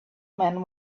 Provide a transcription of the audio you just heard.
man